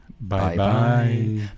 Bye-bye